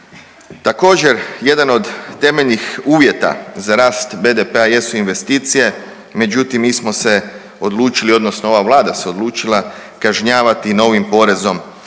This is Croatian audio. Također jedan od temeljnih uvjeta za rast BDP-a jesu investicije, međutim mi smo se odlučili odnosno ova Vlada se odlučila kažnjavati novim porezom